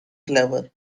clever